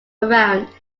around